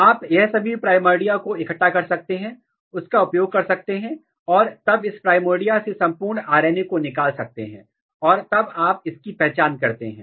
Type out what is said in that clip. आप यह सभी प्राइमर्डिया को इकट्ठा कर सकते हैं उसका उपयोग कर सकते हैं और तब इस प्राइमर्डिया से संपूर्ण RNA को निकाल सकते हैं और तब आप इसकी पहचान कर सकते हैं